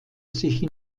sich